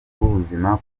rw’ubuzima